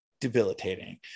debilitating